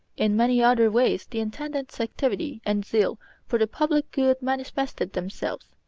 in many other ways the intendant's activity and zeal for the public good manifested themselves.